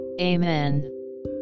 Amen